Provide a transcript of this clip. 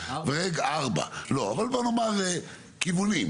ארבע אבל בוא נאמר כיוונים,